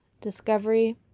discovery